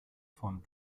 von